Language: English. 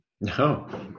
No